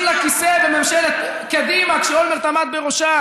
לכיסא בממשלת קדימה כשאולמרט עמד בראשה,